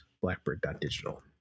blackbird.digital